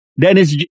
Dennis